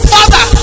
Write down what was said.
Father